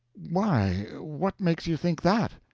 why, what makes you think that?